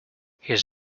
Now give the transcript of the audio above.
his